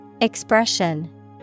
Expression